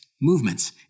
movements